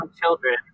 children